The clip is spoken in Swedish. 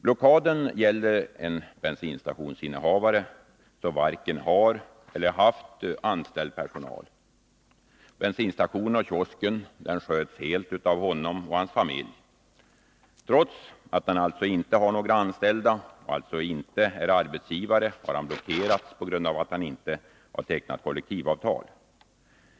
Blockaden gäller en bensinstationsinnehavare som varken har eller har haft anställd personal. Bensinstationen och kiosken sköts helt av honom och hans familj. Trots att han alltså inte har några anställda och alltså inte är arbetsgivare har han blockerats på grund av att han inte har tecknat kollektivavtal.